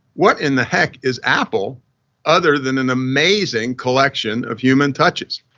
what in the heck is apple other than an amazing collection of human touches.